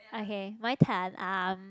okay my turn um